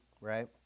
right